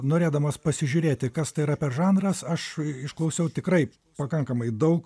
norėdamas pasižiūrėti kas tai yra per žanras aš išklausiau tikrai pakankamai daug